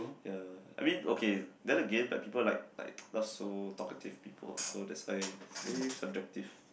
ya I mean okay then again like people like like not so talkative people so that's why it's very subjective